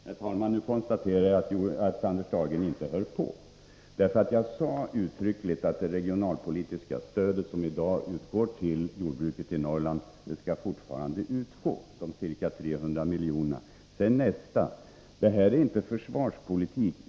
Herr talman! Nu konstaterar jag att Anders Dahlgren inte hör på. Jag sade uttryckligen att det regionalpolitiska stöd som i dag utgår till jordbruket i Norrland fortfarande skall utgå. Det är ca 300 miljoner. Det här är inte försvarspolitik.